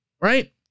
right